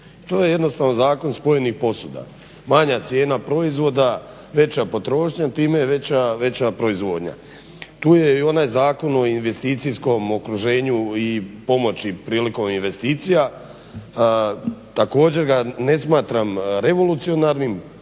To je jednostavno zakon spojenih posuda, manja cijena proizvoda, veća potrošnja, time je veća proizvodnja. Tu je i onaj zakon o investicijskom okruženju i pomoći prilikom investicija. Također ga ne smatram revolucionarnim,